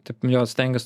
taip jo stengiuos